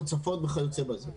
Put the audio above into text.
הצפות וכיוצא בזה.